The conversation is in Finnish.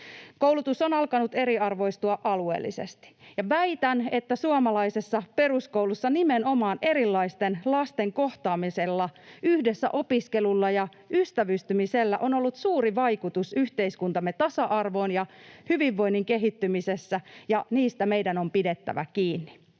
Koulutus on alkanut eriarvoistua alueellisesti. Ja väitän, että suomalaisessa peruskoulussa nimenomaan erilaisten lasten kohtaamisilla, yhdessä opiskelulla ja ystävystymisellä on ollut suuri vaikutus yhteiskuntamme tasa-arvoon ja hyvinvoinnin kehittymisessä, ja niistä meidän on pidettävä kiinni.